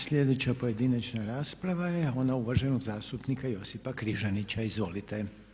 Sljedeća pojedinačna rasprava je ona uvaženog zastupnika Josipa Križanića, izvolite.